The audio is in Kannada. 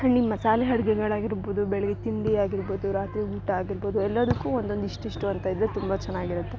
ಮಸಾಲೆ ಅಡಿಗೆಗಳಾಗಿರ್ಬೋದು ಬೆಳಗ್ಗೆ ತಿಂಡಿ ಆಗಿರ್ಬೋದು ರಾತ್ರಿ ಊಟ ಆಗಿರ್ಬೋದು ಎಲ್ಲದಕ್ಕು ಒಂದೊಂದು ಇಷ್ಟಿಷ್ಟು ಅಂತ ಇದ್ರೆ ತುಂಬ ಚೆನ್ನಾಗಿರತ್ತೆ